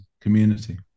community